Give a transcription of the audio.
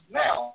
now